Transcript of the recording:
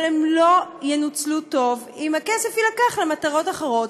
אבל הם לא ינוצלו טוב אם הכסף יילקח למטרות אחרות,